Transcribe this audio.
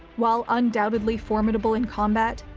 while undoubtedly formidable in combat,